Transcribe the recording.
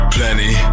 Plenty